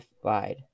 divide